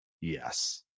Yes